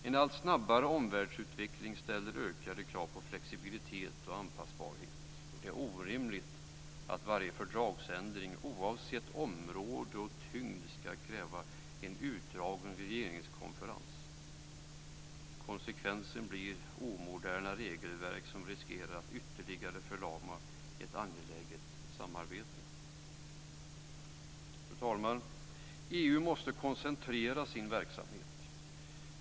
En allt snabbare omvärldsutveckling ställer ökade krav på flexibilitet och anpassningsbarhet. Det är orimligt att varje fördragsändring oavsett område och tyngd ska kräva en utdragen regeringskonferens. Konsekvensen blir omoderna regelverk som riskerar att ytterligare förlama ett angeläget samarbete. Fru talman! EU måste koncentrera sin verksamhet.